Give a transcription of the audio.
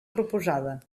proposada